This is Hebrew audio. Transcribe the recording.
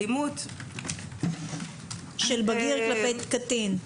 אלימות --- של בגיר כלפי קטין.